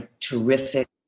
terrific